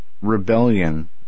rebellion